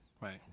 Right